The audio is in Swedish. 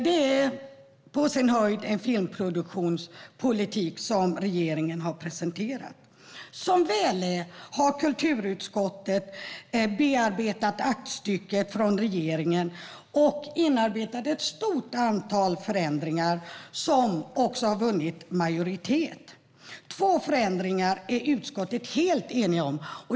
Det är på sin höjd en filmproduktionspolitik som regeringen har presenterat. Som väl är har kulturutskottet bearbetat aktstycket från regeringen och inarbetat ett stort antal förändringar som har vunnit majoritet. Två förändringar är utskottet helt enigt om.